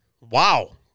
Wow